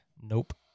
Nope